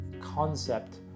concept